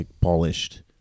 polished